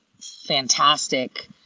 fantastic